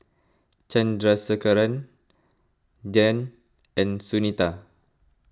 Chandrasekaran Dhyan and Sunita